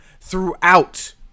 throughout